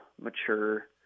mature